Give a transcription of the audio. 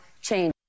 change